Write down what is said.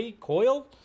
Coil